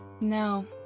No